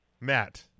Matt